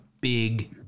big